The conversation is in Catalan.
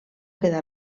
queda